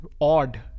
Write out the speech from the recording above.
odd